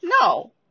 No